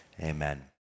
Amen